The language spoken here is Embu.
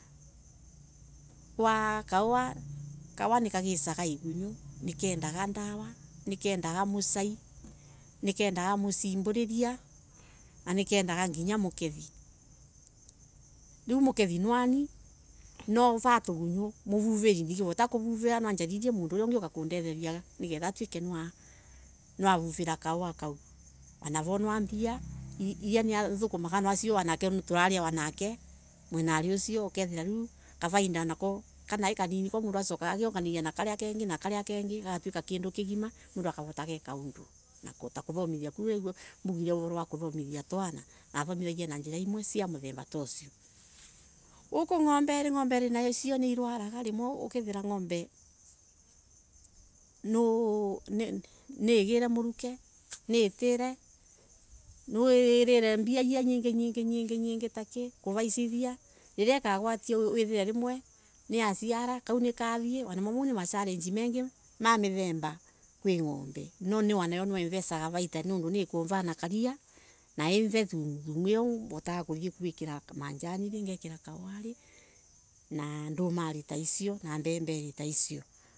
Kahowa nak igisaga igunyo nikindaga dawa musai, musimbolilia na nikiendaga mukethi, riu mukethi nwa nie no vaa tugunyo muvoveri ndingevota kuvorora nwa njalilie mundu wa kuvuvira kahowa kau anavo nwa mbia mbia iria thukumaga tulalia nake ukethela riu kavaida ka nai kanini ka mundu asokaga akaongelila na kengi na kengi gagatuika kindu kigima ukavuta gwika undu ukavuta kuthomithia twana nathomithagia na njira imwe muthemba tucio. Guku naku ngomberi ngombe ni rwaraga ukethira ngombe ni igire muruke niitere niililembia nyingi nyingi taki kuvaisitha riria ikagwatia wither niya Ciara kau nikathie mau ni machallenge mengi ma mithemba kwi ngombe no ni ivesaga kavaita ikava iria na ive thumu ya gwikira majanive na kahowari na ndumari ta icio na mbemberi ta icio.